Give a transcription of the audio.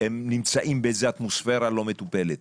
נמצאים באיזה אטמוספירה לא מטופלת.